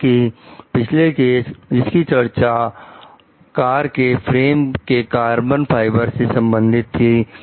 जैसा कि पिछले केस जिसकी चर्चा कार के फ्रेम के कार्बन फाइबर से संबंधित थी